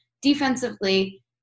defensively